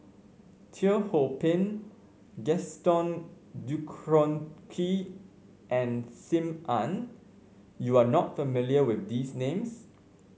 Teo Ho Pin Gaston and Sim Ann you are not familiar with these names